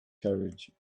carriage